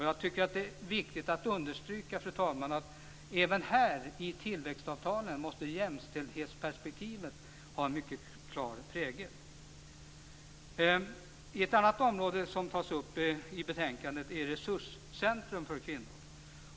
Jag tycker att det är viktigt att understryka, fru talman, att även tillväxtavtalen måste ha en klar prägel av jämställdhetsperspektivet. Ett annat område som tas upp i betänkandet är resurscentrum för kvinnor.